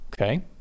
okay